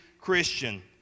Christian